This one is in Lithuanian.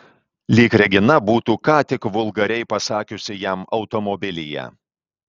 lyg regina būtų ką tik vulgariai pasakiusi jam automobilyje